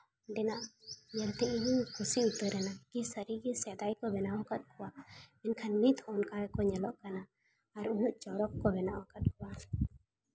ᱚᱸᱰᱮᱱᱟᱜᱫ ᱧᱮᱞᱛᱮ ᱤᱧᱤᱧ ᱠᱩᱥᱤ ᱩᱛᱟᱹᱨᱮᱱᱟ ᱠᱤ ᱥᱟᱹᱨᱤ ᱜᱮ ᱥᱮᱫᱟᱭ ᱠᱚ ᱵᱮᱱᱟᱣ ᱠᱟᱫ ᱠᱚᱣᱟ ᱮᱱᱠᱷᱟᱱ ᱱᱤᱛ ᱦᱚᱸ ᱚᱱᱠᱟ ᱜᱮᱠᱚ ᱧᱮᱞᱚᱜ ᱠᱟᱱᱟ ᱟᱨ ᱩᱱᱟᱹᱜ ᱪᱚᱨᱚᱠ ᱠᱚ ᱵᱮᱱᱟᱣᱟᱠᱟᱫ ᱠᱚᱣᱟ